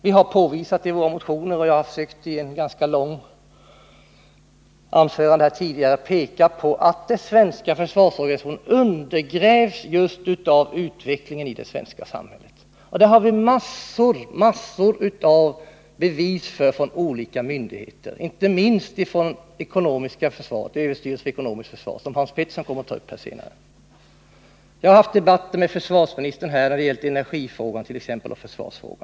Vi har i våra motioner påvisat och jag har i ett ganska långt anförande här pekat på att den svenska försvarsorganisationen undergrävs av utvecklingen i det svenska samhället. Det har vi massor av bevi för från olika myndigheter. inte minst från överstyrelsen för ekonomiskt försvar. som Hans Petersson i Hallsta hammar senare kommer att ta upp. Jag har haft debatter med försvarsministern om energifrågan och försvarsfrågan.